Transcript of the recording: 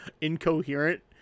incoherent